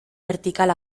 vertical